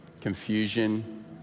confusion